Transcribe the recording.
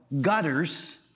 gutters